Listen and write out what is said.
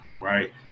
right